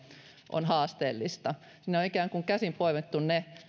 on haasteellista sinne on ikään kuin käsin poimittu ne